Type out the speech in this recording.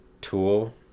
tool